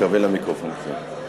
תתקרבי למיקרופון קצת.